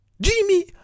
jimmy